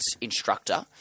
instructor